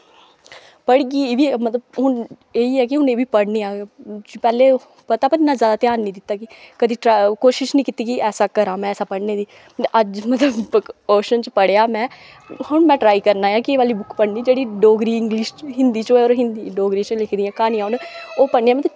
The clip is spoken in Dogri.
पढ़गी एह् बी हून मतलब एह् ही ऐ कि पढ़नियां पैह्लें पता पर इन्ना ज्यादा ध्यान नी दित्ता कि कदें कोशिश नी कीती कि ऐसा करां में ऐसा पढ़ने दी अज्ज मतलब कोशन च पढ़ेआ में हून में ट्राई करना ऐ कि एह् वाली बुक्क पढ़नी जेह्ड़ी डोगरी इंग्लिश हिन्दी च होऐ होर हिन्दी डोगरी च लिखी दियां क्हानियां न ओह् पढ़नियां